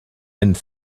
and